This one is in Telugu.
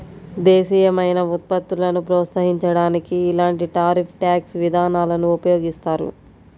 దేశీయమైన ఉత్పత్తులను ప్రోత్సహించడానికి ఇలాంటి టారిఫ్ ట్యాక్స్ విధానాలను ఉపయోగిస్తారు